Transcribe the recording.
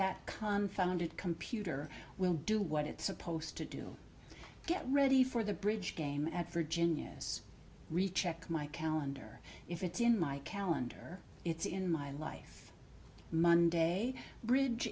that confound it computer will do what it's supposed to do get ready for the bridge game at virginia recheck my calendar if it's in my calendar it's in my life monday bridge